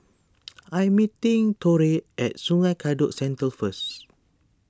I am meeting Torey at Sungei Kadut Central first